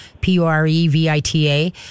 P-U-R-E-V-I-T-A